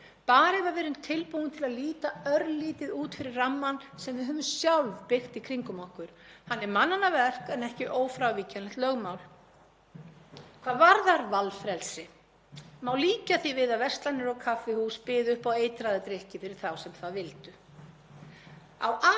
Hvað varðar valfrelsi má líkja því við að verslanir og kaffihús byðu upp á eitraða drykki fyrir þá sem vildu á aðeins betra verði en þá óeitruðu svo að viðskiptavinir þeirra hefðu val um að segja nei. Viltu borga minna í byrjun en vakna með matareitrun í nótt?